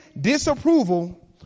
disapproval